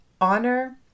honor